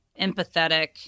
empathetic